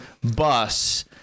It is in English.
bus